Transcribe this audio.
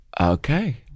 Okay